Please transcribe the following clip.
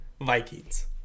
Vikings